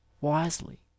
wisely